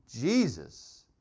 Jesus